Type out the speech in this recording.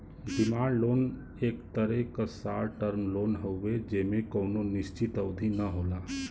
demand loan एक तरे क शार्ट टर्म लोन हउवे जेमे कउनो निश्चित अवधि न होला